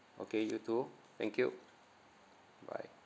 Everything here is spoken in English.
okay you too thank you bye